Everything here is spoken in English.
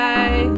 Bye